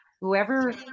whoever